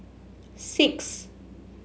six